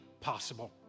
possible